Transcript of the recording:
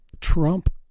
trump